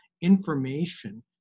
information